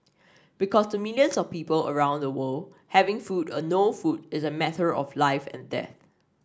because to millions of people around the world having food or no food is a matter of life and death